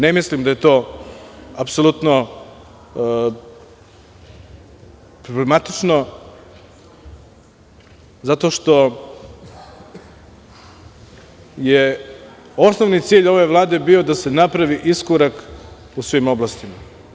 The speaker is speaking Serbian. Ne mislim da je to apsolutno problematično zato što je osnovni cilj ove Vlade da se napravi iskorak u svim oblastima.